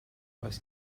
oes